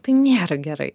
tai nėra gerai